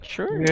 Sure